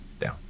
down